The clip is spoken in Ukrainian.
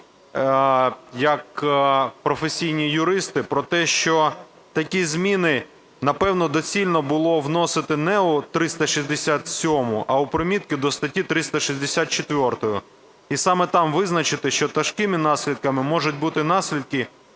як професійні юристи про те, що такі зміни напевно доцільно було вносити не в 367-му, а в примітку до статті 364. І саме там визначити, що тяжкими наслідками можуть бути наслідки,